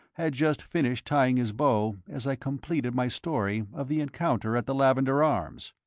had just finished tying his bow as i completed my story of the encounter at the lavender arms.